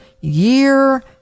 year